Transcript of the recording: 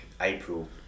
April